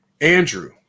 Andrew